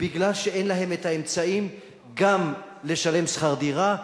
מפני שאין להן האמצעים גם לשלם שכר דירה,